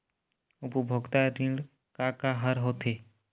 उपभोक्ता ऋण का का हर होथे?